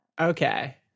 okay